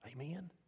Amen